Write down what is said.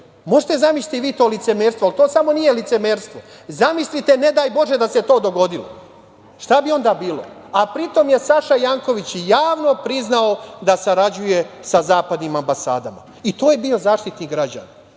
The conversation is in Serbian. da zamislite vi to licemerstvo, ali to samo nije licemerstvo, zamislite ne daj Bože da se to dogodilo, šta bi onda bilo? Pri tome, je Saša Janković javno priznao da sarađuje sa zapadnim ambasadama. I to je bio Zaštitnik građana. Ja